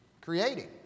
Creating